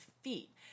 feet